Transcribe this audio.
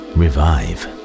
revive